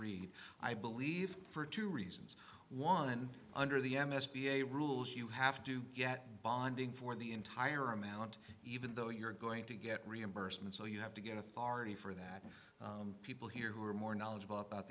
read i believe for two reasons one under the m s b a rules you have to get binding for the entire amount even though you're going to get reimbursement so you have to get authority for that and people here who are more knowledgeable about